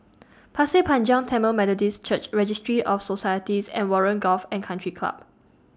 Pasir Panjang Tamil Methodist Church Registry of Societies and Warren Golf and Country Club